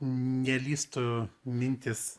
nelįstų mintys